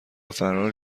فرار